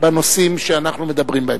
התש"ע 2010,